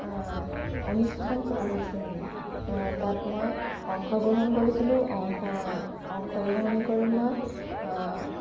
অনুষ্ঠান পতা হৈছিল মানে তাত মই অংশগ্ৰহণ কৰিছিলোঁ অংশ অংশগ্ৰহণ কৰি মই